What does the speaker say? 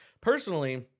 Personally